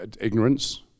ignorance